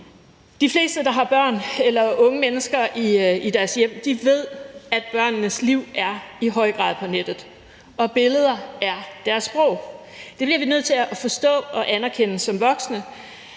De fleste, der har børn eller unge mennesker i deres hjem, ved, at børnenes liv i høj grad er på nettet, og at billeder er deres sprog. Det bliver vi nødt til at forstå og anerkende som voksne,